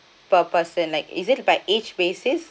per person like is it by age basic